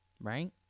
right